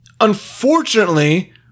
unfortunately